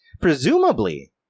Presumably